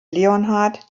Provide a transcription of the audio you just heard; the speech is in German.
leonhardt